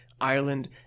Ireland